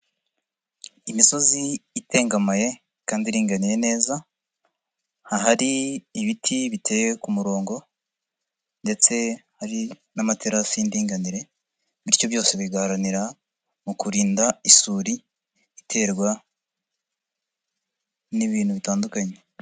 Imisozi itengamaye kandi iringaniye neza, ahari ibiti biteye ku murongo ndetse hari n'amaterasi y'indinganire bityo byose bigaharanira mu kurinda isuri iterwa n'ibintu bitandukanye.